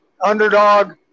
underdog